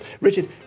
Richard